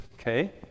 okay